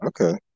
okay